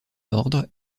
ordre